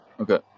Okay